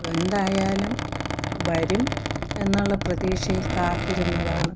എന്തായാലും വരും എന്നുള്ള പ്രതീക്ഷയിൽ കാത്തിരുന്നതാണ്